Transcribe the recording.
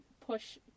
push